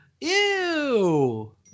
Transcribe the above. Ew